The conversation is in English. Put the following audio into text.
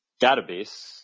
database